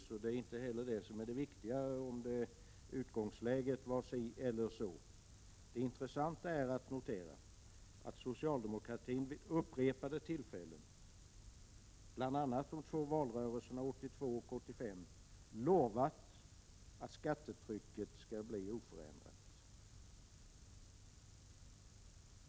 Det viktigaste är inte heller om utgångsläget var det ena eller det andra. Det intressanta är att notera att socialdemokraterna vid upprepade tillfällen, bl.a. under de två valrörelserna 1982 och 1985, lovat att skattetrycket skall bli oförändrat.